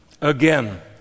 again